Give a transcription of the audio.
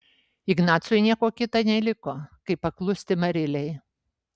ignacui nieko kita neliko kaip paklusti marilei